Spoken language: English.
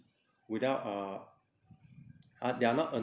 without uh ah they're not